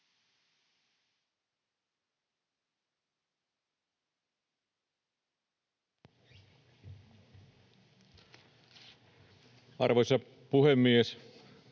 Arvoisa puhemies!